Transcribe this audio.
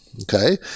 Okay